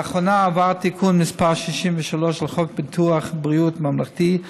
לאחרונה עבר תיקון מס' 63 לחוק ביטוח בריאות ממלכתי,